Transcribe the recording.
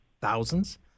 thousands